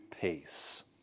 peace